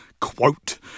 quote